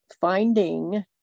finding